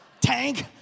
Tank